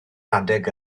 adeg